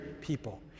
people